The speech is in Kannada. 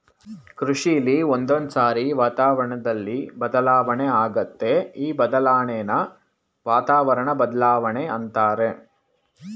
ಕೃಷಿಲಿ ಒಂದೊಂದ್ಸಾರಿ ವಾತಾವರಣ್ದಲ್ಲಿ ಬದಲಾವಣೆ ಆಗತ್ತೆ ಈ ಬದಲಾಣೆನ ವಾತಾವರಣ ಬದ್ಲಾವಣೆ ಅಂತಾರೆ